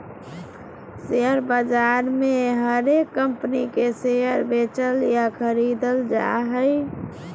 share बाजार मे हरेक कम्पनी के शेयर बेचल या खरीदल जा हय